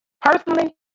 personally